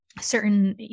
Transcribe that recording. certain